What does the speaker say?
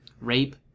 Rape